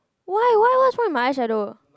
why why what's wrong with my eyeshadow